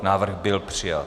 Návrh byl přijat.